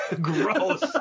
Gross